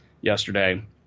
yesterday